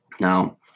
Now